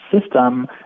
system